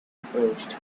approached